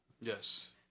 Yes